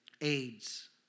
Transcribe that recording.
AIDS